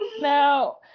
Now